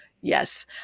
Yes